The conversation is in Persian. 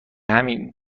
همین